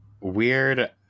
weird